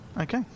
okay